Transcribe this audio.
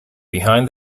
behind